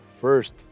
first